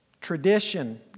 Tradition